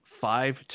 Five